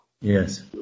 Yes